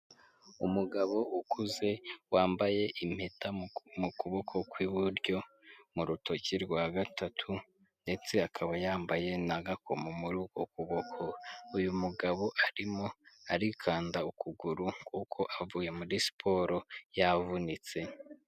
Umugabo ukuze wambaye impeta mu kuboko kw'iburyo mu rutoki rwa gatatu ndetse akaba yambaye n’agakomo muri uko kuboko uyu mugabo arimo arikanda ukuguru kuko avuye muri siporo yavunitse.